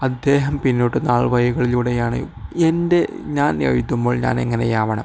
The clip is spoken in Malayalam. അദ്ദേഹം പിന്നിട്ട നാൾ വഴികളിലൂടെയാണ് എൻ്റെ ഞാൻ എഴുതുമ്പോൾ ഞാൻ എങ്ങനെയാവണം